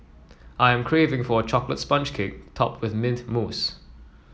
I am craving for a chocolate sponge cake topped with mint mousse